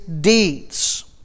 deeds